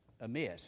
amiss